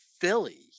Philly